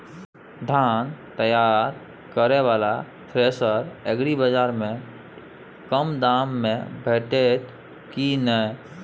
धान तैयार करय वाला थ्रेसर एग्रीबाजार में कम दाम में भेटत की नय?